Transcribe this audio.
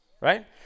right